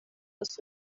راست